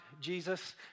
Jesus